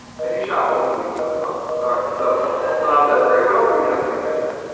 i do shower once a week though i promise. alright, so ah that's great. what else do we have back there jenna?